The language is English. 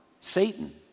Satan